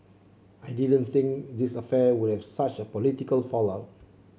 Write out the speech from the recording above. I didn't think this affair would have such a political fallout